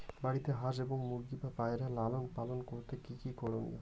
বাড়িতে হাঁস এবং মুরগি ও পায়রা লালন পালন করতে কী কী করণীয়?